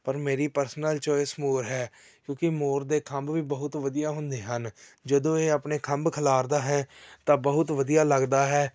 ਪਰ ਮੇਰੀ personal choice ਮੋਰ ਹੈ ਕਿਉਂਕਿ ਮੋਰ ਦੇ ਖੰਭ ਵੀ ਬਹੁਤ ਵਧੀਆ ਹੁੰਦੇ ਹਨ ਜਦੋਂ ਇਹ ਆਪਣੇ ਖੰਭ ਖਿਲਾਰਦਾ ਹੈ ਤਾਂ ਬਹੁਤ ਵਧੀਆ ਲੱਗਦਾ ਹੈ